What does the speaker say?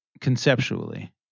conceptually